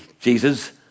Jesus